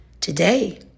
Today